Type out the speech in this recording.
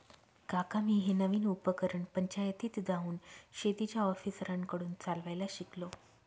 काका मी हे नवीन उपकरण पंचायतीत जाऊन शेतीच्या ऑफिसरांकडून चालवायला शिकलो